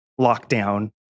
lockdown